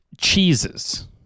cheeses